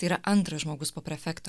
tai yra antras žmogus po prefekto